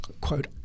quote